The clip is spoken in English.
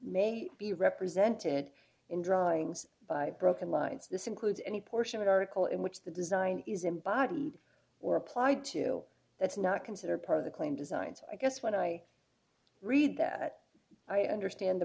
may be represented in drawings by broken lines this includes any portion of article in which the design is embodied or applied to that's not considered part of the claimed design so i guess when i read that i understand the